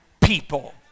people